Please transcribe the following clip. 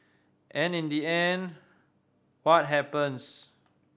and in the end what happens